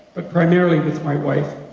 but primarily with my wife,